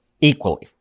equally